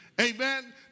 Amen